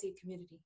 community